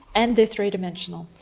and they're three-dimensional.